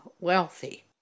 wealthy